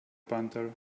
panther